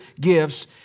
gifts